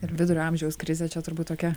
ir vidurio amžiaus krizė čia turbūt tokia